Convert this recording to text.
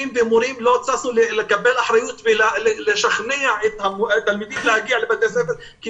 ומורים לא ששו לקבל אחריות ולשכנע את התלמידים להגיע לבתי הספר כי